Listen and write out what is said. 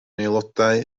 aelodau